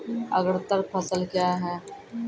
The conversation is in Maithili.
अग्रतर फसल क्या हैं?